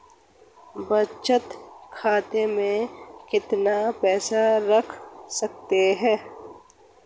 बचत खाते में कितना पैसा रख सकते हैं?